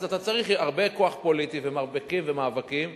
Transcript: אז אתה צריך הרבה כוח פוליטי ומרפקים ומאבקים.